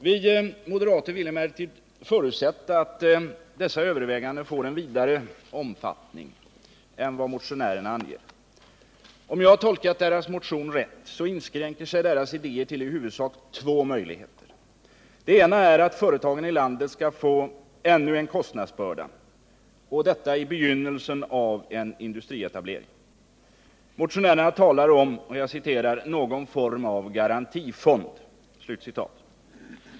Vi moderater vill emellertid förutsätta att dessa överväganden får en vidare omfattning än vad motionärerna anger. Om jag har tolkat deras motion rätt, så inskränker sig deras idéer till i huvudsak två möjligheter. Den ena är att företagen i landet skall få ännu en kostnadsbörda, och detta i begynnelsen av en industrietablering. Motionärerna talar om ”någon form av garantifond”.